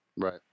right